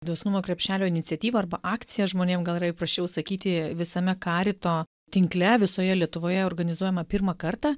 dosnumo krepšelio iniciatyva arba akcija žmonėm gal yra įprasčiau sakyti visame karito tinkle visoje lietuvoje organizuojama pirmą kartą